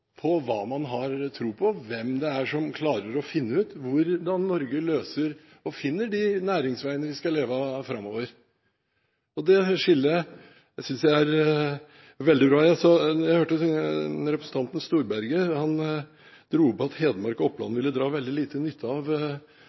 gjelder hva man har tro på, hvem man tror klarer å finne ut hvordan Norge løser dette og finner næringsveiene vi skal leve av framover. Det skillet synes jeg er veldig bra. Jeg hørte representanten Storberget si at Hedmark og Oppland ville dra veldig liten nytte av